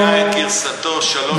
ראש הממשלה שינה את גרסתו שלוש פעמים,